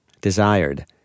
desired